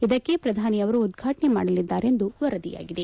ಇದಕ್ಕೆ ಪ್ರಧಾನಿಯವರು ಉದ್ಘಾಟನೆ ಮಾಡಲಿದ್ದಾರೆ ಎಂದು ವರದಿಯಾಗಿದೆ